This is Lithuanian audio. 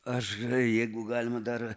aš jeigu galima dar